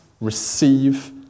receive